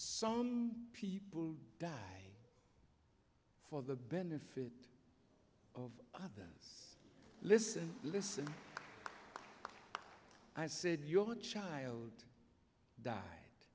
so people die for the benefit of others listen listen i said your child died